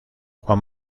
juan